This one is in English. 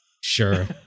sure